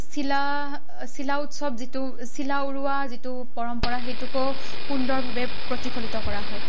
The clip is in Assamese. চিলা চিলা উৎচৱ যিটো চিলা উৰুৱা যিটো পৰম্পৰা সেইটোকো সুন্দৰভাৱে প্ৰতিফলিত কৰা হয়